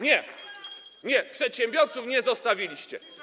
Nie, nie, przedsiębiorców nie zostawiliście.